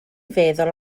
feddwl